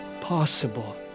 possible